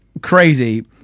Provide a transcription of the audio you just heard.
crazy